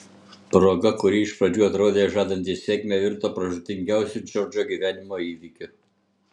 proga kuri iš pradžių atrodė žadanti sėkmę virto pražūtingiausiu džordžo gyvenimo įvykiu